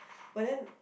but then